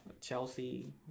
Chelsea